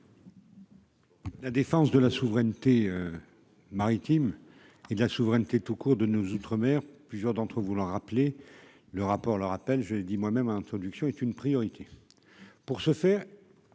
La défense de la souveraineté maritime et de la souveraineté tout court de nos outre-mer plusieurs d'entre eux, vouloir rappeler le rapport le rappelle, j'ai dit moi-même en introduction est une priorité pour ce faire,